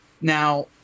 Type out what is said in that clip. Now